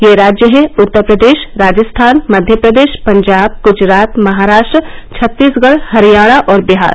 ये राज्य हैं उत्तर प्रदेश राजस्थान मध्य प्रदेश पंजाब गुजरात महाराष्ट्र छत्तीसगढ़ हरियाणा और बिहार